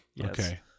Okay